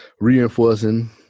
reinforcing